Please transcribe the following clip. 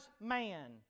man